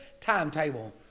timetable